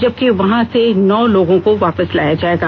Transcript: जबकि वहां से नौ लोगों को वापस लाया जाएगा